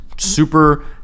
Super